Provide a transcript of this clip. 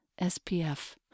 SPF